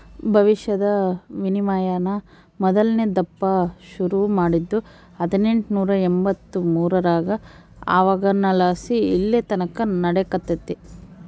ಭವಿಷ್ಯದ ವಿನಿಮಯಾನ ಮೊದಲ್ನೇ ದಪ್ಪ ಶುರು ಮಾಡಿದ್ದು ಹದಿನೆಂಟುನೂರ ಎಂಬಂತ್ತು ಮೂರರಾಗ ಅವಾಗಲಾಸಿ ಇಲ್ಲೆತಕನ ನಡೆಕತ್ತೆತೆ